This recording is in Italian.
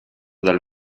dal